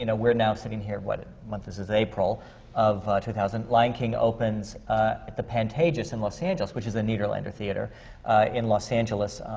you know we're now sitting here what month is this? april of two thousand lion king opens at the pantages in los angeles, which is a nederlander theatre in los angeles,